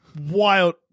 wild